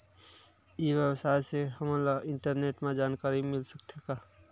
ई व्यवसाय से हमन ला इंटरनेट मा जानकारी मिल सकथे का?